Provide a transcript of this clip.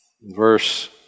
verse